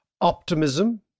optimism